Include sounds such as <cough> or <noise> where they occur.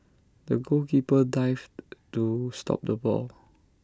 the goalkeeper dived <noise> to stop the ball